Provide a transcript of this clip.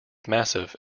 massive